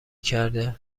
کرده